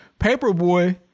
Paperboy